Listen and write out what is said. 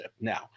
Now